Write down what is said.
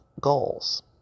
goals